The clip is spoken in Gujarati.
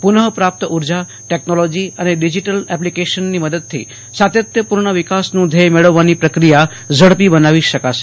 પુનઃ પ્રાપ્ત ઊર્જા ટેકનોલોજી અને ડિજીટલ એપ્લીકેશનની મદદથી સાતત્યપૂર્ણ વિકાસનું ધ્યેય મેળવવાની પ્રક્રિયા ઝડપી બનાવી શકાશે